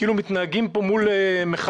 כאילו מתנהגים פה מול מחבלים